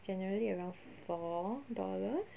generally around four dollars